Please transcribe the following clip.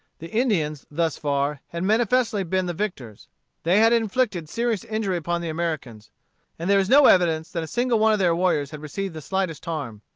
the indians, thus far, had manifestly been the victors they had inflicted serious injury upon the americans and there is no evidence that a single one of their warriors had received the slightest harm.